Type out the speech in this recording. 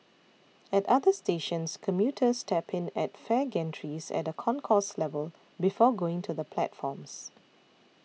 at other stations commuters tap in at fare gantries at a concourse level before going to the platforms